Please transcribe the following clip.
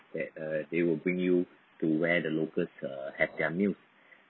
that uh they will bring you to where the locals uh have their meal